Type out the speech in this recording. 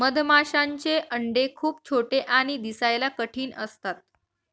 मधमाशांचे अंडे खूप छोटे आणि दिसायला कठीण असतात